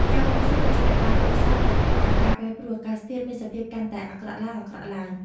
ការបូមខ្សាច់គឺជាកត្តារួមផ្សំដែលធ្វើឱ្យការប្រែប្រួលអាកាសធាតុមានសភាពកាន់តែអាក្រក់ឡើងៗ។